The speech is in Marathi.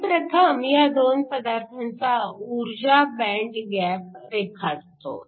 मी प्रथम ह्या दोन पदार्थांचा ऊर्जा बँड गॅप रेखाटतो